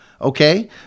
Okay